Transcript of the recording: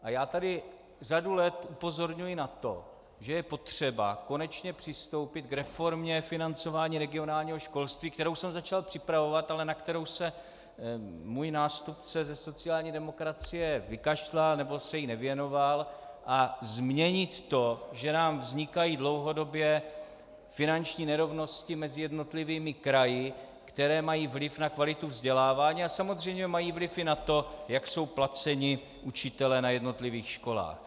A já tady řadu let upozorňuji na to, že je potřeba konečně přistoupit k reformě financování regionálního školství, kterou jsem začal připravovat, ale na kterou se můj nástupce ze sociální demokracie vykašlal, nebo se jí nevěnoval, a změnit to, že nám vznikají dlouhodobě finanční nerovnosti mezi jednotlivými kraji, které mají vliv na kvalitu vzdělávání a samozřejmě mají vliv i na to, jak jsou placeni učitelé na jednotlivých školách.